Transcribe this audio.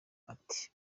ati